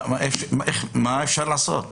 מה אפשר לעשות?